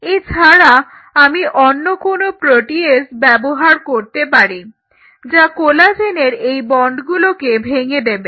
এছাড়া আমি অন্য কোনো প্রোটিয়েজ ব্যবহার করতে পারি যা কোলাজেনের এই বন্ডগুলোকে ভেঙে দেবে